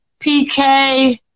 PK